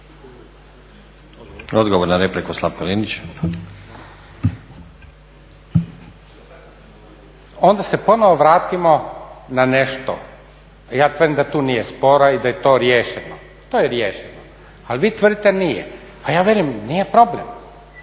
**Linić, Slavko (Nezavisni)** Onda se ponovo vratimo na nešto. Ja tvrdim da tu nije spor i da je to riješeno, to je riješeno, ali vi tvrdite nije, a ja velim nije problem.